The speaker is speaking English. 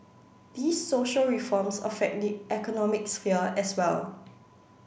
these social reforms affect the economic sphere as well